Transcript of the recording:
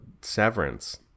Severance